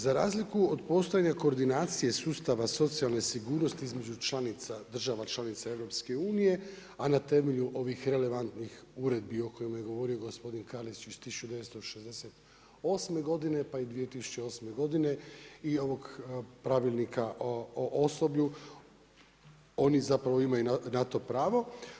Za razliku od postojanja koordinacije sustava socijalne sigurnosti između država članica EU, a na temelju ovih relevantnih uredbi o kojima je govorio gospodin Karlić iz 1968. godine, pa i 2008. godine i ovog Pravilnika o osoblju oni imaju na to pravo.